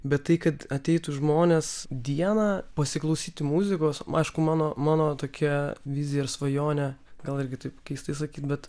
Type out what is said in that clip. bet tai kad ateitų žmonės dieną pasiklausyti muzikos aišku mano mano tokia vizija ir svajonė gal irgi taip keistai sakyt bet